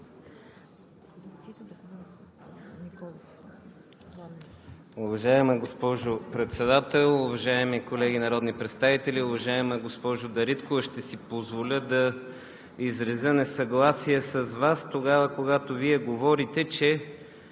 Уважаема госпожо Председател, уважаеми колеги народни представители! Уважаема госпожо Дариткова, ще си позволя да изразя несъгласие с Вас тогава, когато Вие говорите, че